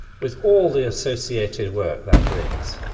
with all the associated work that brings.